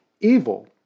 evil